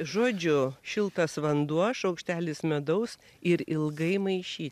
žodžiu šiltas vanduo šaukštelis medaus ir ilgai maišyt